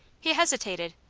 he hesitated,